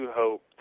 hope